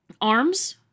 arms